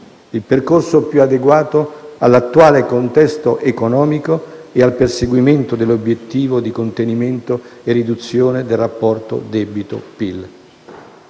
il percorso più adeguato all'attuale contesto economico e al perseguimento dell'obiettivo di contenimento e riduzione del rapporto debito-PIL.